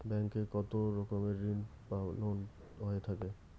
Bank এ কত রকমের ঋণ বা লোন হয়ে থাকে?